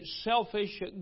selfish